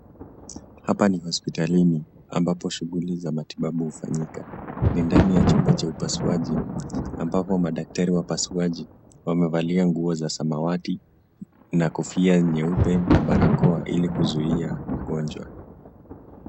Hapa ni hospitalini ambapo shughuli za matibabu hufanyika. Ni ndani ya chumba cha upasuaji ambapo madaktari wapasuaji wamevalia nguo za samawati na kofia nyeupe na barakoa ili kuzuia ugonjwa.